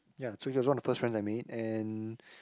ya so he was one of the first friends I made and